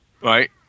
right